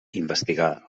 investigar